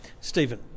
Stephen